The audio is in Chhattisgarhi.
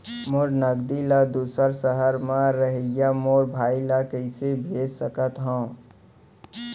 मोर नगदी ला दूसर सहर म रहइया मोर भाई ला कइसे भेज सकत हव?